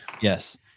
Yes